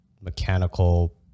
mechanical